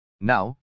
Now